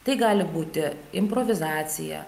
tai gali būti improvizacija